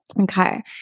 Okay